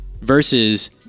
versus